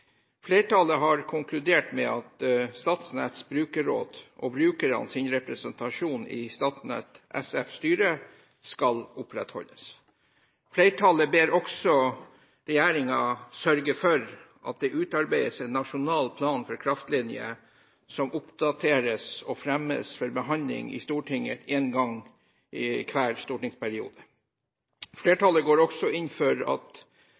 Flertallet har konkludert med at Statnetts brukerråd og brukernes representasjon i Statnett SFs styre skal opprettholdes. Flertallet ber også regjeringen sørge for at det utarbeides en nasjonal plan for kraftlinjer, som oppdateres og fremmes for behandling i Stortinget en gang hver stortingsperiode. Flertallet går også inn for at